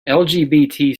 lgbt